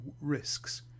risks